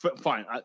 Fine